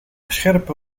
scherpe